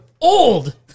old